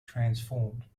transformed